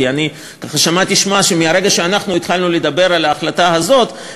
כי שמעתי שמועה שמהרגע שאנחנו התחלנו לדבר על ההחלטה הזאת,